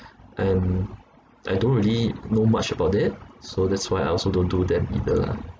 and I don't really know much about it so that's why I also don't do them either lah